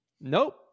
nope